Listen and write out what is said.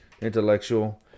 intellectual